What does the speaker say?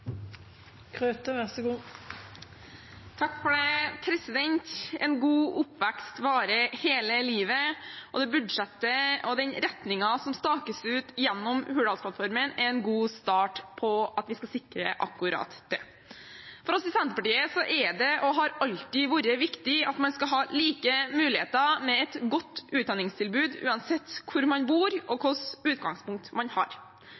En god oppvekst varer hele livet, og det budsjettet og den retningen som stakes ut gjennom Hurdalsplattformen, er en god start på at vi skal sikre akkurat det. For oss i Senterpartiet er det, og har alltid vært, viktig at man skal ha like muligheter, med et godt utdanningstilbud uansett hvor man bor og hvilket utgangspunkt man har